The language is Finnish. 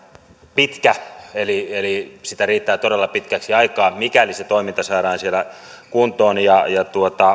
pitkä eli eli sitä riittää todella pitkäksi aikaa mikäli se toiminta saadaan siellä kuntoon ja ja